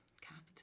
capital